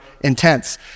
intense